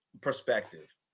Perspective